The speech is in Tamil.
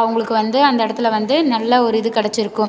அவங்களுக்கு வந்து அந்த இடத்துல வந்து நல்ல ஒரு இது கிடச்சிருக்கும்